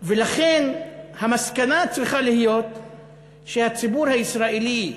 ולכן המסקנה צריכה להיות שהציבור הישראלי,